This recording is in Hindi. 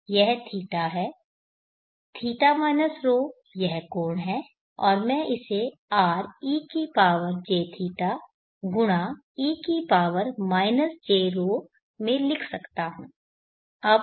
यह θ है θ माइनस ρ यह कोण है और मैं इसे re की पावर jθ गुणा e की पावर jρ में लिख सकता हूं